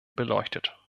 beleuchtet